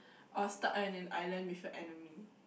or stuck in an island with your enemy